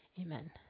amen